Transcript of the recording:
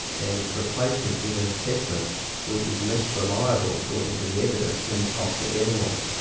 and its replacement with an assessment which is less reliable, according to the evidence, than the pulse check ever was.